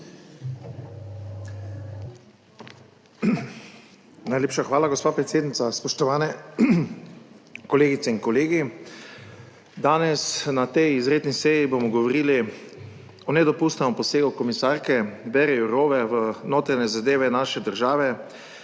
Najlepša hvala, gospa predsednica. Spoštovani kolegice in kolegi! Danes na tej izredni seji bomo govorili o nedopustnem posegu komisarke Věre Jourove v notranje zadeve naše države,